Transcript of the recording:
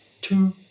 Two